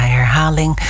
herhaling